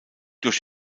durch